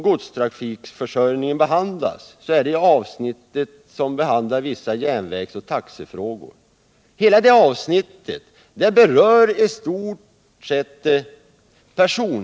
Godstrafikförsörjningen behandlas i det avsnitt som rör vissa järnvägsoch taxefrågor. Hela det avsnittet berör i stort sett persontrafiken.